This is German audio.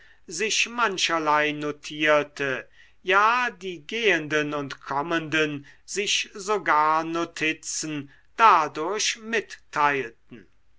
sich mancherlei notierte ja die gehenden und kommenden sich sogar notizen dadurch mitteilten